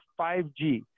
5G